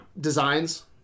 designs